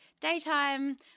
daytime